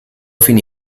finì